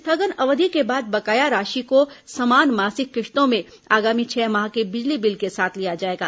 स्थगन अवधि के बाद बकाया राशि को समान मासिक किस्तों में आगामी छह माह के बिजली बिल के साथ लिया जाएगा